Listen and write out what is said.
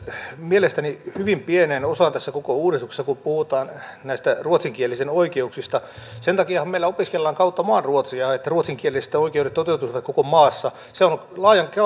mielestäni hyvin pieneen osaan tässä koko uudistuksessa kun puhutaan näistä ruotsinkielisten oikeuksista sen takiahan meillä opiskellaan kautta maan ruotsia että ruotsinkielisten oikeudet toteutuisivat koko maassa se on laajan